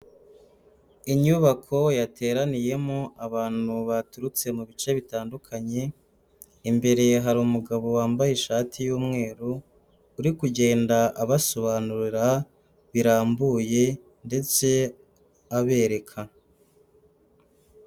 Inyubako yateraniyemo abantu baturutse mu bice bitandukanye, imbere ye hari umugabo wambaye ishati y'umweru, uri kugenda abasobanurira birambuye ndetse abereka.